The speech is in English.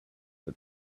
the